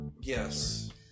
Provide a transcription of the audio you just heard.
Yes